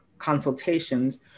consultations